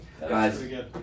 Guys